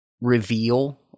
reveal